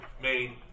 made